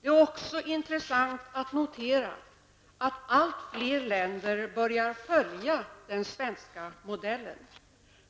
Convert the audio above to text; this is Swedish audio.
Det är också intressant att notera att allt fler länder börjar följa den svenska modellen.